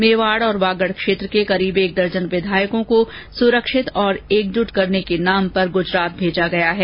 मेवाड और वागड क्षेत्र के करीब एक दर्जन विधायकों को सुरक्षित और एकजुट करने के नाम पर गुजरात भेजा गया है